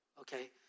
okay